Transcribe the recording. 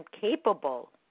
capable